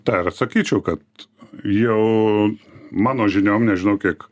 tą ir sakyčiau kad jau mano žiniom nežinau kiek